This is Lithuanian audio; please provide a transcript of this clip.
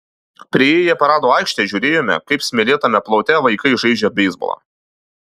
priėję paradų aikštę žiūrėjome kaip smėlėtame plote vaikai žaidžia beisbolą